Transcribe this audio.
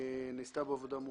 נעשתה כאן עבודה מאומצת.